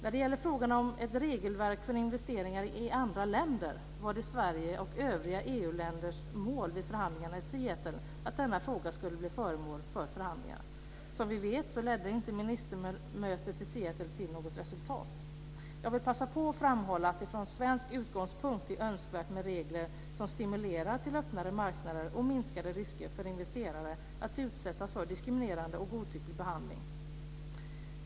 När det gäller frågan om ett regelverk för investeringar i andra länder var det Sveriges och övriga EU länders mål vid förhandlingarna i Seattle att detta skulle bli föremål för förhandlingar. Som vi vet ledde ministermötet i Seattle inte till något resultat. Jag vill passa på att framhålla att det från svensk utgångspunkt är önskvärt med regler som stimulerar till öppnare marknader och minskade risker för investerare att utsättas för diskriminerande och godtycklig behandling.